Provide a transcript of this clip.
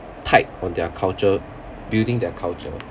tight on their culture building their culture